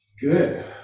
Good